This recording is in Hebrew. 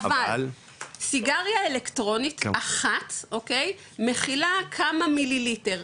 אבל סיגריה אלקטרונית אחת מכילה כמה מיליליטר,